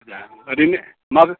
ओरैनो मा